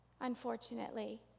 unfortunately